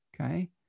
okay